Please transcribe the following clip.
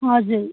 हजुर